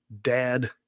Dad